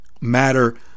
matter